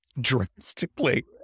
drastically